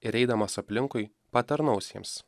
ir eidamas aplinkui patarnaus jiems